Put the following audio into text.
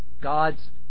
God's